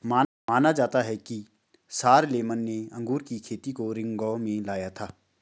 माना जाता है कि शारलेमेन ने अंगूर की खेती को रिंगौ में लाया था